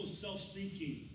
self-seeking